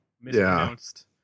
mispronounced